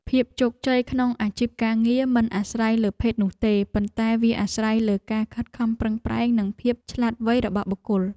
ភាពជោគជ័យក្នុងអាជីពការងារមិនអាស្រ័យលើភេទនោះទេ ប៉ុន្តែវាអាស្រ័យលើការខិតខំប្រឹងប្រែងនិងភាពឆ្លាតវៃរបស់បុគ្គល។